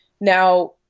Now